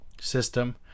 system